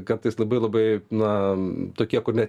kartais labai labai na tokie kur ne